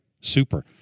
Super